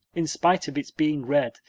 in spite of its being red,